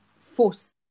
force